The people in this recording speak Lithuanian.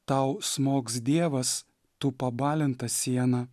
tau smogs dievas tu pabalinta siena